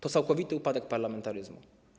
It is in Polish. To całkowity upadek parlamentaryzmu.